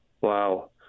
Wow